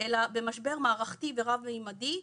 אלא במשבר מערכתי ורב ממדי,